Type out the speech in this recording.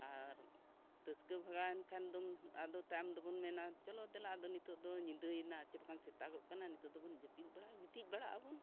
ᱟᱨ ᱨᱟᱹᱥᱠᱟᱹ ᱵᱷᱟᱜᱟᱣ ᱮᱱ ᱠᱷᱟᱱ ᱫᱚᱢ ᱟᱫᱚ ᱛᱟᱭᱚᱢ ᱫᱚᱵᱚᱱ ᱢᱮᱱᱟ ᱪᱚᱞᱚ ᱫᱮᱞᱟ ᱟᱫᱚ ᱱᱤᱛᱳᱜ ᱫᱚ ᱧᱤᱫᱟᱹᱭᱮᱱᱟ ᱪᱮ ᱵᱟᱠᱟᱱ ᱥᱮᱛᱟᱜᱚᱜ ᱠᱟᱱᱟ ᱱᱤᱛᱳᱜ ᱫᱚᱵᱚᱱ ᱡᱟᱹᱯᱤᱫ ᱵᱟᱲᱟ ᱜᱤᱛᱤᱡ ᱵᱟᱲᱟᱜ ᱟᱵᱚᱱ